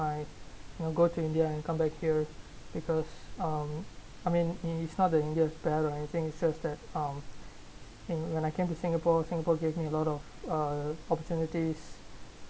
I will go to india and come back here because um I mean it's not that india is bad right I think it's just that um when I came to singapore singapore gave me a lot of uh opportunities